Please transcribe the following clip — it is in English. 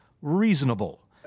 reasonable